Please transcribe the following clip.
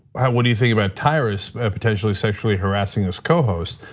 how would you think about tyrus potentially sexually harassing his co-host?